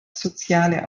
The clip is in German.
soziale